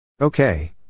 Okay